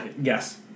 Yes